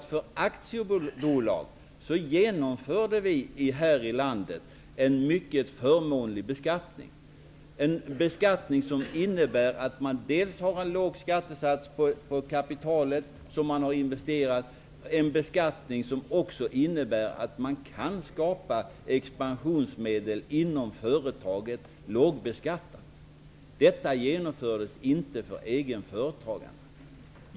För aktiebolagen här i landet genomfördes en mycket förmånlig beskattning, som innebär en låg skattesats dels på investerat kapital, dels på de expansionsmedel som kan skapas inom företaget. Detta genomfördes inte för egenföretagen.